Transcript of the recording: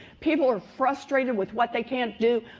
people are frustrated with what they can't do.